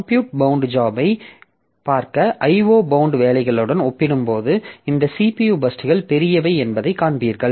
compute bound ஜாபை பார்க்க IO bound வேலைகளுடன் ஒப்பிடும்போது இந்த CPU பர்ஸ்ட்கள் பெரியவை என்பதை காண்பீர்கள்